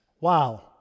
wow